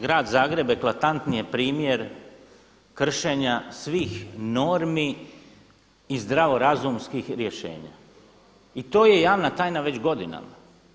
Grad Zagreb eklatantni je primjer kršenja svih normi i zdravo razumskih rješenja i to je javna tajna već godinama.